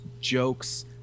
jokes